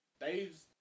Dave's